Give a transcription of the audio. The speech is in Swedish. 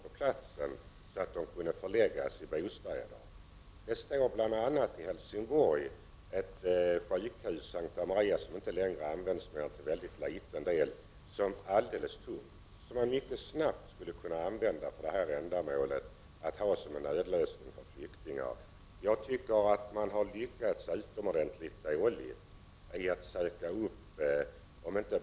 I Helsingborg finns det också t.ex. ett sjukhus, S:ta Maria sjukhus, av vilket bara en mycket liten del används. I övrigt står sjukhuset alldeles tomt. Detta sjukhus skulle således mycket snabbt kunnat tas i anspråk som en nödlösning för flyktingar. | Jag tycker alltså att man lyckats utomordentligt dåligt när det gäller att söka upp förläggningar.